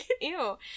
ew